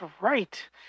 right